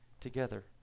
together